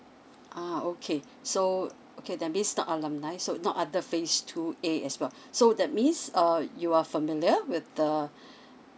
ah okay so okay that means not alumni so not under phase two A as well so that means uh you are familiar with the